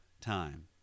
time